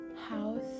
house